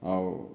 ଆଉ